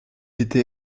était